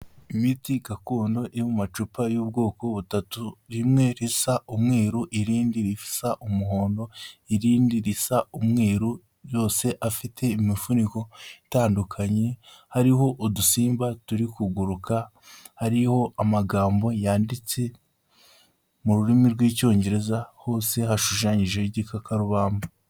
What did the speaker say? Imiti gakondo iri mu macupa y'ubwoko butatu, rimwe risa umweru irindi risa umuhondo irindi risa umweru yose, afite imifuniko itandukanye, hariho udusimba turi kuguruka hariho, amagambo yanditse mu rurimi rw'icyongereza, hose hashushanyije igikakarubamba.